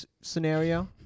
scenario